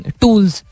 tools